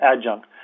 adjunct